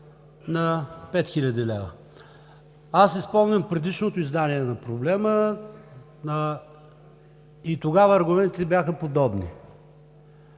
на 5 хил. лв. Аз си спомням предишното издание на проблема. Тогава аргументите бяха подобни.